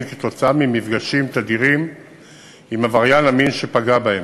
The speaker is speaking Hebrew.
כתוצאה ממפגשים תדירים עם עבריין המין שפגע בהם.